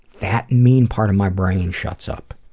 that mean part of my brain shuts up.